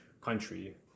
country